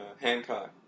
Hancock